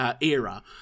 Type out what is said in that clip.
era